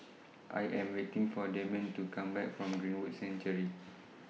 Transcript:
I Am waiting For Dameon to Come Back from Greenwood Sanctuary